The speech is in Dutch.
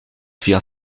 via